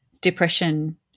depression